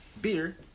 Beer